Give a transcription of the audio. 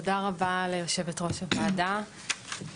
תודה רבה ליושבת-ראש הוועדה,